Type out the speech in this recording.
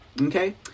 okay